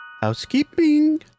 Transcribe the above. Housekeeping